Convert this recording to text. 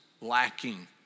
lacking